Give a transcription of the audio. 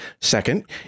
Second